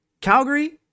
Calgary